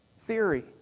theory